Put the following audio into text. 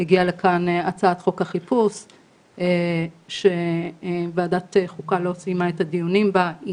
הגיעה הצעת חוק החיפוש שוועדת חוקה לא סיימה את הדיונים בה.